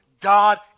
God